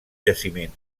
jaciment